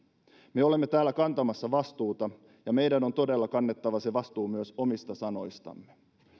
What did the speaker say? me olemme täällä kantamassa vastuuta ja meidän on todella kannettava se vastuu myös omista sanoistamme